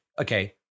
Okay